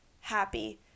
happy